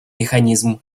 механизм